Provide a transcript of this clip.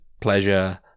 pleasure